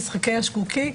משחקי אשקוקי,